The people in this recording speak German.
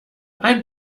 ein